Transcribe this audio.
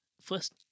first